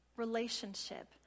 relationship